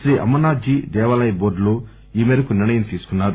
శ్రీ అమరనాథ్ జీ దేవాలయ బోర్గులో ఈ మేరకు నిర్ణయం తీసుకున్నారు